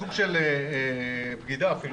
סוג של בגידה אפילו